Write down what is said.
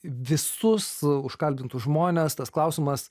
visus užkalbintus žmones tas klausimas